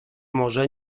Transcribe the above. może